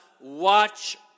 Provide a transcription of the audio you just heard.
watch